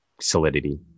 Solidity